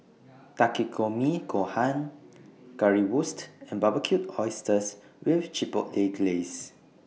Takikomi Gohan Currywurst and Barbecued Oysters with Chipotle Glaze